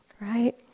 Right